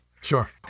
sure